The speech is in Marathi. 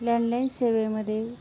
लँडलाईन सेवेमध्ये